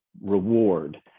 reward